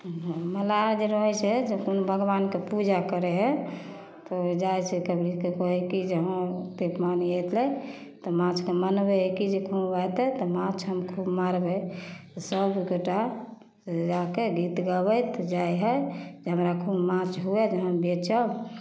मलाह जे रहै छै जे कोनो भगवानके पूजा करै हइ तऽ ओ जाइ छै कभी कहै कि जे हँ पानि अएतै तऽ माछके मनबै हइ कि तऽ माछ हम खूब मारबै सभगोटा जाकऽ गीत गाबैत जाइ हइ जे हमरा खूब माँछ हुअए जे हम बेचब